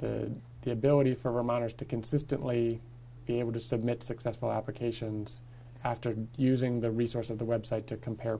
the ability for reminders to consistently be able to submit successful applications after using the resource of the website to compare